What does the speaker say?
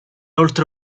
oltre